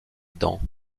dents